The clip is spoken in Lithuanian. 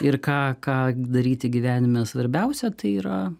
ir ką ką daryti gyvenime svarbiausia tai yra